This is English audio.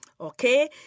okay